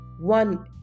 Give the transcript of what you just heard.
one